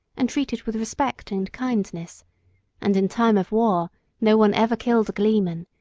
and treated with respect and kindness and in time of war no one ever killed a gleeman,